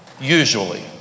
usually